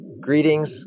greetings